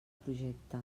projecte